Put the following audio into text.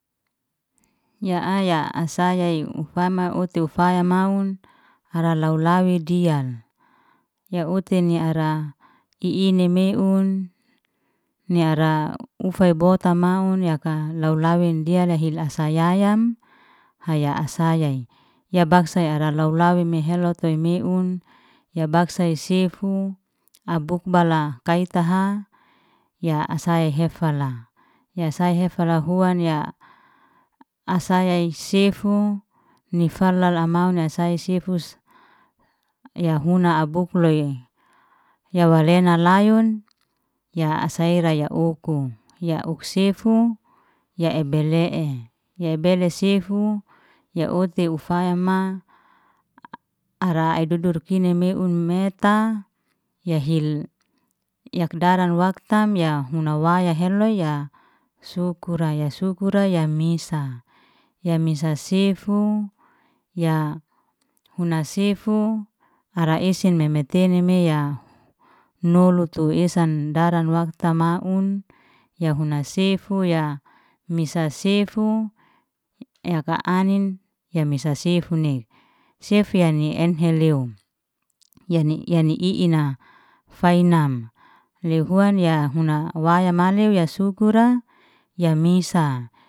Ya aya asaya u fama otu faya maun, ara lau- lawi dian, ya utin ni ara i inemeun ni ara ufay bota maun, yaka lau- lawen diyal lahe la sayayam, hay hasaya i, ya bagsa ara lau- lawe meheloy toy meun. Ya bagsa sai sefu abuk bala kai taha, ya asai hefala, ya sai hefala huan ya saya i sefu, ni falala amaun na sai sefus, yahuna buna abuk loy, ya walena layun ya asai ra ya ukum ya uk sefu, ya ebele'e, ya ebele sifu, ya uti ufaya ma ara ai dudur kini meun meta, ya hil yak daran waktam, ya huna waya heloy, ya sukura ya sukura ya misa, ya misa sefu, ya huna sefu ara esen meme tene meya nolu tu esan daran waktam maun. Ya huna sefu, ya misa sefu yaka anin ya misa sefunei, sefyani enhelew, yani yani i'ina, fai'nam lehua ya huna waya maleo ya sukura ya misa.